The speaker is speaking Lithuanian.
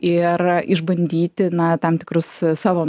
ir išbandyti na tam tikrus savo